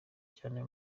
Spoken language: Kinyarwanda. cyane